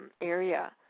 area